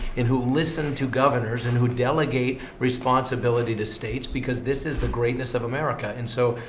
and who listen to governors, and who delegate responsibility to states. because this is the greatness of america. and so,